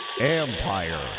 Empire